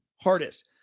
hardest